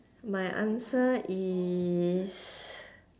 my answer is